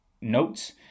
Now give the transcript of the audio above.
notes